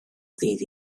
ddydd